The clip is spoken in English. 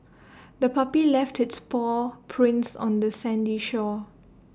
the puppy left its paw prints on the sandy shore